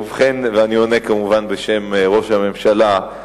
ובכן, ואני עונה כמובן בשם ראש הממשלה,